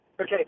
Okay